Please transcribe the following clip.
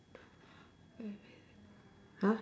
!huh!